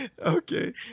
Okay